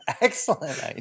excellent